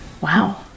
Wow